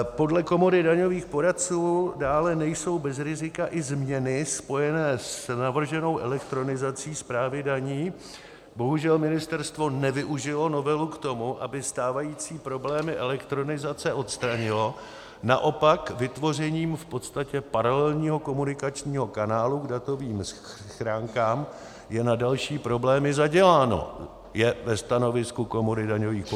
Podle Komory daňových poradců dále nejsou bez rizika i změny spojené s navrženou elektronizací správy daní, bohužel ministerstvo nevyužilo novelu k tomu, aby stávající problémy elektronizace odstranilo, naopak vytvořením v podstatě paralelního komunikačního kanálu k datovým schránkám je na další problémy zaděláno, je ve stanovisku Komory daňových poradců.